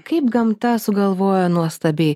kaip gamta sugalvojo nuostabiai